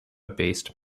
based